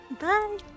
bye